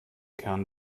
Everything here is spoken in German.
kern